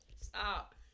Stop